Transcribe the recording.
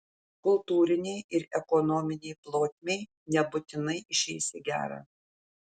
kultūrinei ir ekonominei plotmei nebūtinai išeis į gerą